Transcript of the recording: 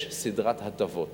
יש סדרת הטבות